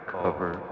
cover